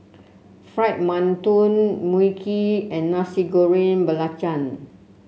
Fried Mantou Mui Kee and Nasi Goreng Belacan